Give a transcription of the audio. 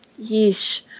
yeesh